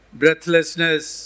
breathlessness